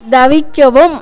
தவிக்கவும்